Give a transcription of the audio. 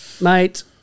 Mate